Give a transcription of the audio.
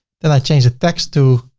then i change the text to